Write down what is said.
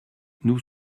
nous